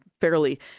fairly